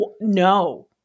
no